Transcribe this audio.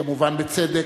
כמובן בצדק,